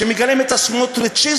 שמגלם את הסמוטריציזם,